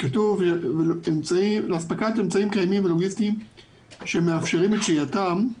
כתוב "לאספקת אמצעים קיימים ותפעוליים שמאפשרים את שהייתם".